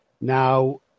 Now